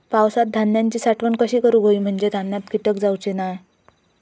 पावसात धान्यांची साठवण कशी करूक होई म्हंजे धान्यात कीटक जाउचे नाय?